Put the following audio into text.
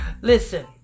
listen